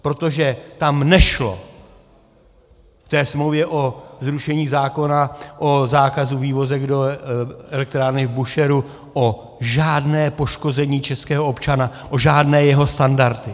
Protože tam nešlo v té smlouvě o zrušení zákona o zákazu vývozu do elektrárny v Búšehru o žádné poškození českého občana, o žádné jeho standardy.